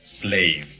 slave